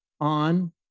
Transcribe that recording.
on